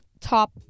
top